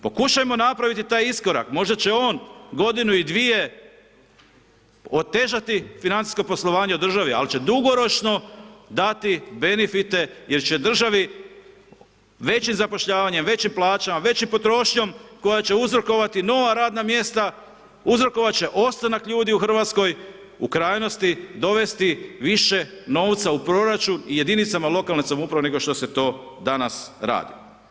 Pokušajmo napraviti taj iskorak, možda će on godinu i dvije otežati financijsko poslovanje u državi, ali će dugoročno dati benifite jer će državi većim zapošljavanjem, većim plaćama, većom potrošnjom koja će uzrokovati nova radna mjesta, uzrokovati će ostanak ljudi u RH, u krajnosti dovesti više novca u proračun i jedinicama lokalne samouprave, nego što se to danas radi.